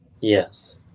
Yes